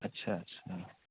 اچھا اچھا